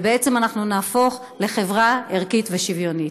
ובעצם אנחנו נהפוך לחברה ערכית ושוויונית.